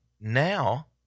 now